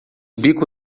bico